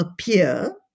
appear